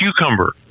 Cucumber